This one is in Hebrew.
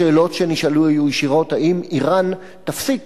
השאלות שנשאלו היו ישירות: האם אירן תפסיק